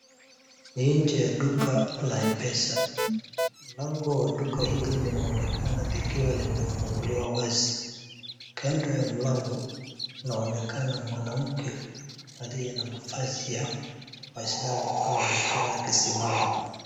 Ni inje ya duka la m-pesa. Mlango wa duka hili linaonekana likiwa limefunguliwa wazi. Kando ya mlango kunaonekana mwanamke aliye na mavazi ya waislamu. Anaoneka akisimama.